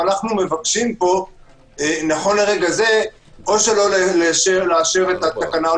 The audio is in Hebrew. אנו מבקשים פה נכון לרגע זה או לא לאשר את התקנה או